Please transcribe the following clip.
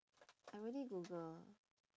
I already google